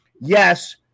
Yes